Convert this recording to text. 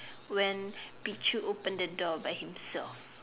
when Pichu open the door by himself